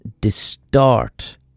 distort